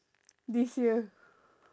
this year